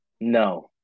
No